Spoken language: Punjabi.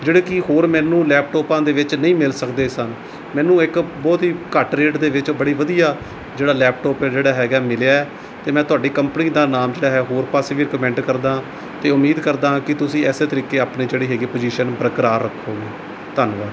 ਜਿਹੜੇ ਕਿ ਹੋਰ ਮੈਨੂੰ ਲੈਪਟੋਪਾਂ ਦੇ ਵਿੱਚ ਨਹੀਂ ਮਿਲ ਸਕਦੇ ਸਨ ਮੈਨੂੰ ਇੱਕ ਬਹੁਤ ਹੀ ਘੱਟ ਰੇਟ ਦੇ ਵਿੱਚ ਬੜੀ ਵਧੀਆ ਜਿਹੜਾ ਲੈਪਟੋਪ ਜਿਹੜਾ ਹੈਗਾ ਮਿਲਿਆ ਅਤੇ ਮੈਂ ਤੁਹਾਡੀ ਕੰਪਨੀ ਦਾ ਨਾਮ ਜਿਹੜਾ ਹੈ ਹੋਰ ਪਾਸੇ ਵੀ ਰੀਕਮੈਂਡ ਕਰਦਾ ਹਾਂ ਅਤੇ ਉਮੀਦ ਕਰਦਾ ਹਾਂ ਕਿ ਤੁਸੀਂ ਇਸੇ ਤਰੀਕੇ ਆਪਣੇ ਜਿਹੜੇ ਹੈ ਗਈ ਪੁਜੀਸ਼ਨ ਬਰਕਰਾਰ ਰੱਖੋਗੇ ਧੰਨਵਾਦ